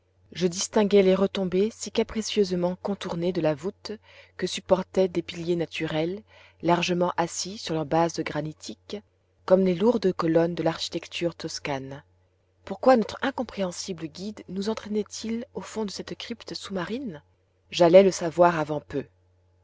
je distinguai les retombées si capricieusement contournées de la voûte que supportaient des piliers naturels largement assis sur leur base granitique comme les lourdes colonnes de l'architecture toscane pourquoi notre incompréhensible guide nous entraînait il au fond de cette crypte sous-marine j'allais le savoir avant peu